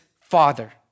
Father